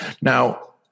now